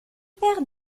père